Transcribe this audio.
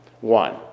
one